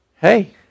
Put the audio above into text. hey